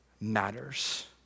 matters